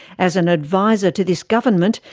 as an advisor to this government,